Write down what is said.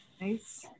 Nice